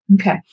Okay